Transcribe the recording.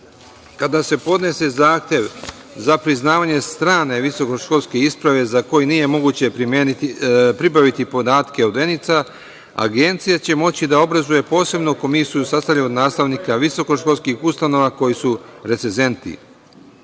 kada se podnese zahtev za priznavanje strane visokoškolske isprave, za koju nije moguće pribaviti podatke od ENIC-a, agencija će moći da obrazuje posebnu komisiju sastavljenu od nastavnika visokoškolskih ustanova koji su recezenti